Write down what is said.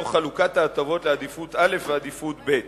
תוך חלוקת ההטבות לעדיפות א' ועדיפות ב'.